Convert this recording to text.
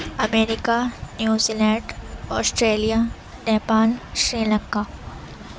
America New Zealand Australia Nepal Sri Lanka